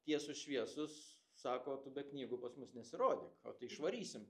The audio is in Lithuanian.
tiesūs šviesūs sako tu be knygų pas mus nesirodyk o tai išvarysim